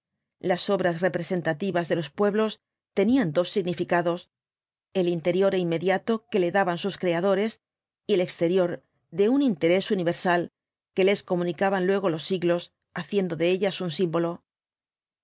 las obras representativas de los pueblos tenían dos significados el interior é inmediato que le daban sus creadores y el exterior de un interés universal que les comunicaban luego los siglos haciendo de ellas un símbolo el